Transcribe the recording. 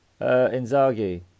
Inzaghi